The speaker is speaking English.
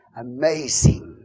Amazing